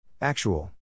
Actual